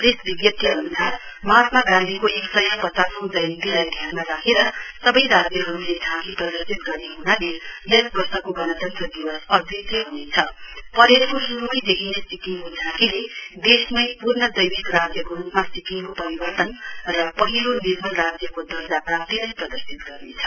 press विज्ञप्ती अनुसार महात्मा गान्धीको एक सय पचासऔं जयन्तीलाई महत्व दिए सवै राज्यहरुले झाँकी प्रदर्शित गर्ने हुनाले यस वर्षको गणतन्त्ल अद्वितीय हुनेछ परेडको शुरुमै देखिने सिक्किमको झाँकीले देशमै पूर्ण जैविक राज्यको रुपमा सिक्किमको परिवर्तन र पहिलो निर्मल राज्यको दर्जा प्राप्तिलाई प्रदर्शित गर्नेछ